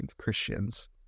Christians